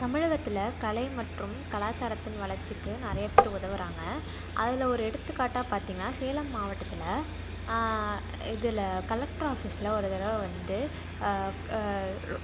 தமிழகத்தில் கலை மற்றும் கலாச்சாரத்தின் வளர்ச்சிக்கு நிறைய பேர் உதவுகிறாங்க அதில் ஒரு எடுத்துக்காட்டாக பார்த்தீங்கன்னா சேலம் மாவட்டத்தில் இதில் கலெக்டர் ஆஃபீஸில் ஒரு தடவை வந்து